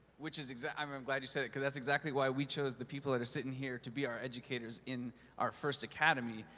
which is, i um and glad you said it, cause that's exactly why we chose the people that are sitting here to be our educators in our first academy,